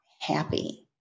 happy